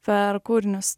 per kūrinius